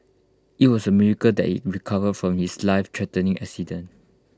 IT was A miracle that he recovered from his lifethreatening accident